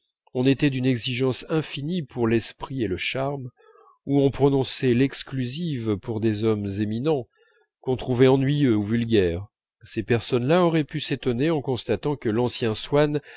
on était d'une exigence infinie pour l'esprit et le charme où on prononçait l'exclusive pour des hommes éminents qu'on trouvait ennuyeux ou vulgaires ces personnes-là auraient pu s'étonner en constatant que l'ancien swann